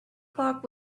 clock